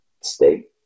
state